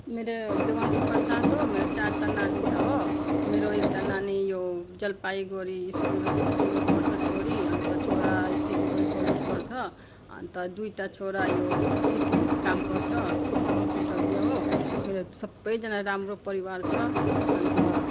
मेरो देवान्ती प्रसाद हो मेरो चारवटा नानी छ हो मेरो एउटा नानी यो जलपाइगुडी स्कुल स्कुलमा पढ्छ छोरी अन्त छोरा सिलगढी कलेज पढ्छ अन्त दुईवटा छोरा यो सिक्किम काम गर्छ अथी कम्प्युटरमा हो मेरो सबैजना राम्रो परिवार छ अन्त